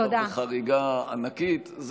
את כבר בחריגה ענקית.